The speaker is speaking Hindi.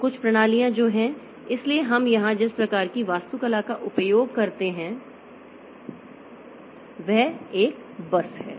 तो कुछ प्रणालियाँ जो हैं इसलिए हम यहाँ जिस प्रकार की वास्तुकला का उपयोग करते हैं वह एक बस है